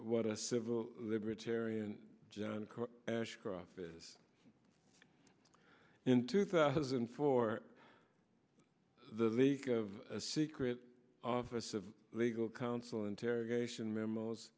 what a civil libertarian john ashcroft is in two thousand for the leak of a secret office of legal counsel interrogation memos